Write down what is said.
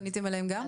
פניתם אליהם גם?